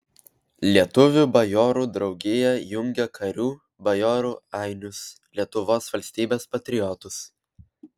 lietuvių bajorų draugija jungia karių bajorų ainius lietuvos valstybės patriotus